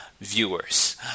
viewers